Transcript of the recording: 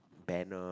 banner